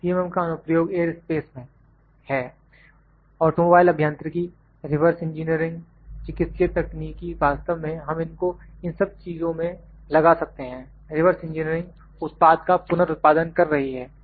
अब CMM का अनुप्रयोग एयरोस्पेस में है ऑटोमोबाइल अभियंत्रिकी रिवर्स इंजीनियरिंग चिकित्सीय तकनीकी वास्तव में हम इनको इन सब चीजों में लगा सकते हैं रिवर्स इंजीनियरिंग उत्पाद का पुर्नउत्पादन कर रही है